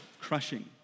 crushing